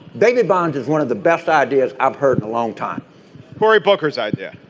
david bond is one of the best ideas i've heard in a long time cory booker's idea.